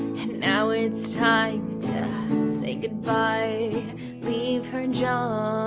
and now it's time to say goodbye leave her, johnny,